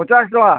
ପଚାଶ୍ ଟଙ୍କା